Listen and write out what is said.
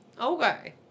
Okay